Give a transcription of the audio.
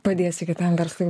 padėsi kitam verslui